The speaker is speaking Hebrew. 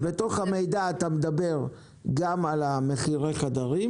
בתוך המידע אתה מדבר גם מחירי החדרים